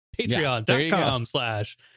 Patreon.com/slash